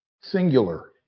Singular